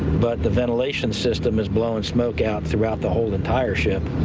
but the ventilation system is blowing smoke out throughout the whole entire ship.